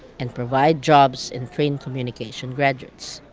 and provide jobs and train communication graduates.